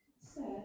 Sir